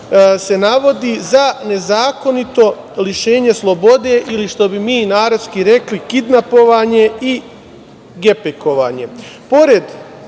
se navodi za nezakonito lišenje slobode ili što bi mi narodski rekli kidnapovanje i gepekovanje.